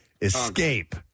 Escape